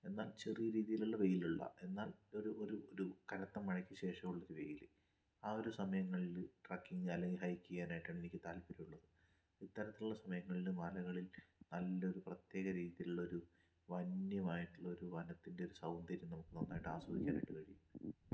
എന്നാൽ ചെറിയ രീതിയിലുള്ള വെയിലുള്ള എന്നാൽ ഒരു ഒരു ഒരു കനത്ത മഴയ്ക്ക് ശേഷമുള്ളൊരു വെയിൽ ആ ഒരു സമയങ്ങളിൽ ട്രക്കിങ്ങ് അല്ലെങ്കിൽ ഹൈക്ക് ചെയ്യാനായിട്ടാണ് എനിക്ക് താല്പര്യമുള്ളത് ഇത്തരത്തിലുള്ള സമയങ്ങളിൽ മലകളിൽ നല്ലൊരു പ്രത്യേക രീതിയിലുള്ളൊരു വന്യമായിട്ടുള്ളൊരു വനത്തിൻ്റെ ഒരു സൗന്ദര്യം നമുക്ക് നന്നായിട്ട് ആസ്വദിക്കാനായിട്ട് കഴിയും